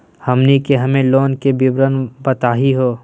हमनी के home loan के विवरण बताही हो?